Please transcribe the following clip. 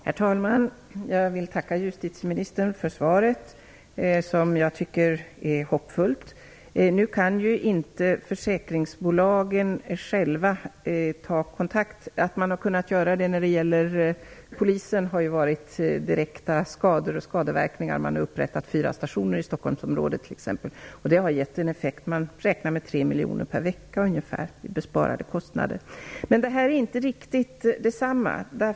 Herr talman! Jag vill tacka justitieministern för svaret, som jag tycker är hoppfullt. Försäkringsbolagen kan inte själva ta kontakt. Man har kunnat göra det när det gäller polisen, eftersom det har varit fråga om direkta skador och skadeverkningar. Man har t.ex. upprättat fyra stationer i Stockholmsområdet. Det har gett en effekt. Man räknar med ungefär 3 miljoner per vecka i besparade kostnader. Det här gäller inte riktigt detsamma.